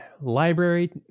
library